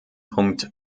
punkt